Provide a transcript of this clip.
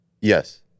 Yes